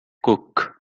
kukk